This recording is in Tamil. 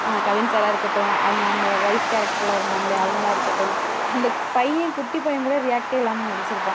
கவின் சாராக இருக்கட்டும் அவங்க அந்த ஒய்ஃப் கேரக்ட்ரில் இருந்தாங்க இல்லையா அவங்களா இருக்கட்டும் அந்த பையன் குட்டி பையன் கூட ரியாக்ட்டே இல்லாமல் நடிச்சுருப்பான்